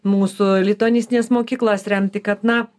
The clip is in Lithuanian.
mūsų lituanistines mokyklas remti kad na